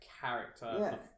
character